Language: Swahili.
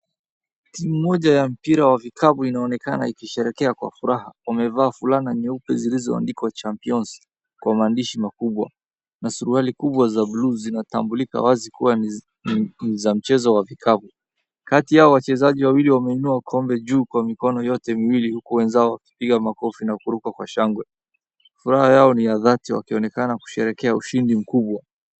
Timu moja ya mpira wa vikapu inaonekana ikisherekea kwa furaha, wamevaa fulana nyeupe zilizoandikwa Championsi kwa maandishi makubwa na suruali kubwa za bluu, zinatambulika wazi kuwa ni za mchezo wa vikapu. Kati yao, wachezaji wawili wameinua kikombe juu kwa mikono yote miwili, huku wenzao wakipiga makofi na kuruka kwa shangwe. Furaha yao ni ya dhati wakionekana kusherehekea ushindi mkubwa.